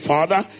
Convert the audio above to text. Father